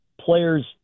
Players